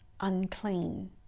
unclean